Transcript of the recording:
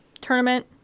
Tournament